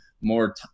more